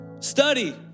Study